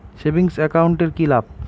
Savings account এর কি লাভ?